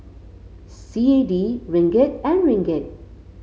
C A D Ringgit and Ringgit